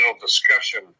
Discussion